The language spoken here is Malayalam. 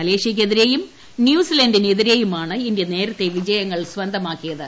മലേഷ്യയ്ക്കെതിരെയും ന്യൂസിലാന്റിനെതിരെയുമാണ് ഇന്ത്യ നേരത്തെ വിജയങ്ങൾ സ്വന്തമാക്കിയത്